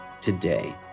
today